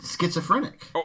schizophrenic